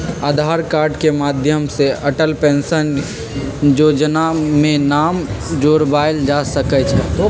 आधार card के माध्यम से अटल पेंशन जोजना में नाम जोरबायल जा सकइ छै